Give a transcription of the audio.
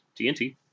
TNT